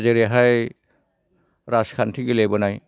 जेरैहाय राजखान्थि गेलेबोनाय